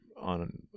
on